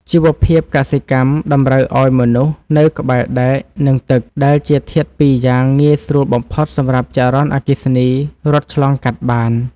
ជីវភាពកសិកម្មតម្រូវឱ្យមនុស្សនៅក្បែរដែក និងទឹកដែលជាធាតុពីរយ៉ាងងាយស្រួលបំផុតសម្រាប់ចរន្តអគ្គិសនីរត់ឆ្លងកាត់បាន។